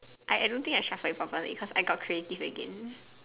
I I don't think I shuffled it properly cause I got creative again